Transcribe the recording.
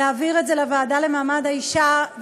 להעביר את זה לוועדה לקידום מעמד האישה,